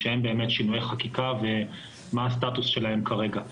שינויי חקיקה והסטטוס שלהם כרגע.